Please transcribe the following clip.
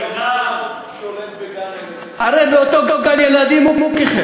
שולט בגן-הילדים.